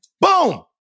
Boom